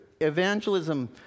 Evangelism